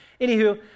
Anywho